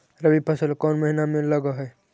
रबी फसल कोन महिना में लग है?